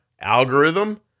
algorithm